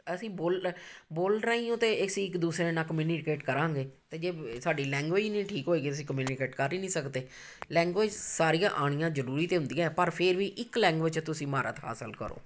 ਅਸੀਂ ਬੋਲ ਬੋਲ ਰਹੀ ਓ ਤਾਂ ਅਸੀਂ ਇੱਕ ਦੂਸਰੇ ਨਾਲ ਕਮਿਊਨੀਕੇਟ ਕਰਾਂਗੇ ਅਤੇ ਜੇ ਸਾਡੀ ਲੈਂਗੁਏਜ ਏ ਨਹੀਂ ਠੀਕ ਹੋਏਗੀ ਅਸੀਂ ਕਮਿਊਨੀਕੇਟ ਕਰ ਹੀ ਨਹੀਂ ਸਕਦੇ ਲੈਂਗੁਏਜ ਸਾਰੀਆਂ ਆਉਣੀਆਂ ਜ਼ਰੂਰੀ ਤਾਂ ਹੁੰਦੀਆਂ ਪਰ ਫਿਰ ਵੀ ਇੱਕ ਲੈਂਗੁਏਜ 'ਚ ਤੁਸੀਂ ਮਹਾਰਤ ਹਾਸਲ ਕਰੋ